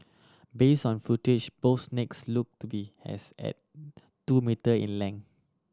base on footage both snakes looked to be as at two metre in length